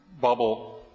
bubble